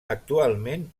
actualment